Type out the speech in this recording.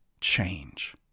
change